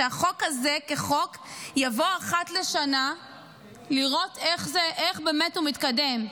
שהחוק הזה כחוק יבוא אחת לשנה לראות איך הוא באמת מתקדם,